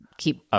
keep